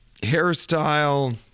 hairstyle